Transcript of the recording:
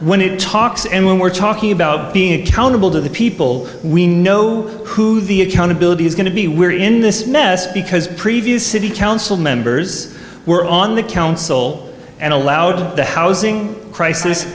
when it talks and when we're talking about being accountable to the people we know who the accountability is going to be we're in this mess because previous city council members were on the council and allowed the housing cr